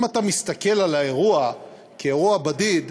אם אתה מסתכל על האירוע כאירוע בדיד,